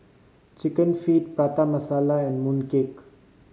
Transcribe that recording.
Chicken Feet Prata Masala and mooncake